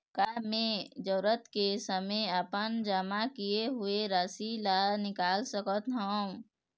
का मैं जरूरत के समय अपन जमा किए हुए राशि ला निकाल सकत हव?